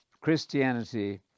Christianity